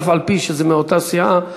אף-על-פי שזה מאותה סיעה,